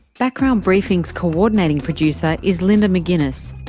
background briefing's coordinating producer is linda mcginness,